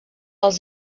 els